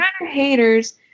haters